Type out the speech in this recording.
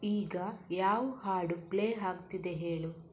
ಈಗ ಯಾವ ಹಾಡು ಪ್ಲೇ ಆಗ್ತಿದೆ ಹೇಳು